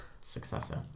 successor